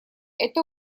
это